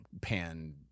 pan